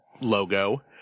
logo